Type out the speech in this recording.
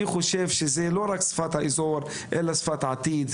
אני חושב שזו לא רק שפת האזור אלא שפת העתיד,